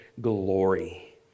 glory